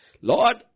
Lord